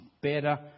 better